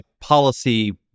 policy